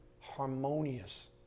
harmonious